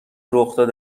رخداد